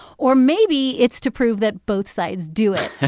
or maybe it's to prove that both sides do it.